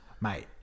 Mate